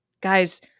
Guys